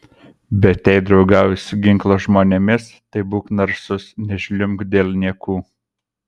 bet jei draugauji su ginklo žmonėmis tai būk narsus nežliumbk dėl niekų